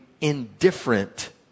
indifferent